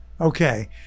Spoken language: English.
Okay